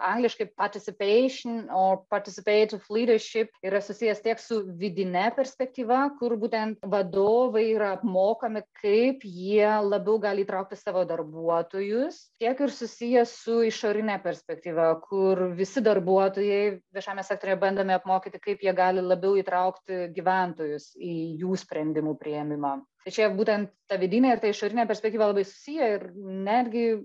angliškai participation o participative leadership yra susijęs tiek su vidine perspektyva kur būtent vadovai yra apmokami kaip jie labiau gali įtraukti savo darbuotojus tiek ir susiję su išorine perspektyva kur visi darbuotojai viešajame sektoriuje bandomi apmokyti kaip jie gali labiau įtraukti gyventojus į jų sprendimų priėmimą tai čia ir būtent ta vidinė ir ta išorinė perspektyva labai susiję ir netgi